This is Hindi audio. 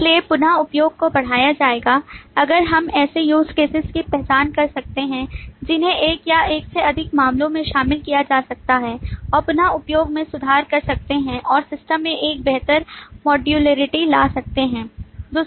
इसलिए पुन उपयोग को बढ़ाया जाएगा अगर हम ऐसे use cases की पहचान कर सकते हैं जिन्हें एक या एक से अधिक मामलों में शामिल किया जा सकता है और पुन उपयोग में सुधार कर सकते हैं और सिस्टम में एक बेहतर मॉड्यूलरिटी ला सकते हैं